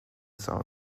songs